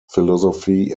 philosophy